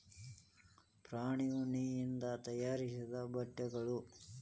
ಪ್ರಾಣಿ ಉಣ್ಣಿಯಿಂದ ತಯಾರಿಸಿದ ಬಟ್ಟೆಗಳು